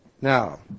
Now